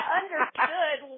understood